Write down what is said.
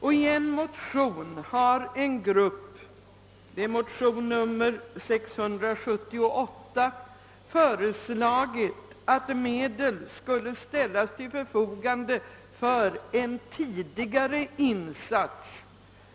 I en motion, II1:678, har en grupp ledamöter av denna kammare föreslagit, att medel skulle ställas till förfogande för en tidigare insats.